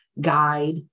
guide